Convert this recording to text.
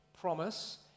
promise